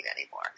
anymore